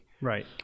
Right